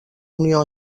unió